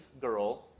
girl